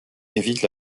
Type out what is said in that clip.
évite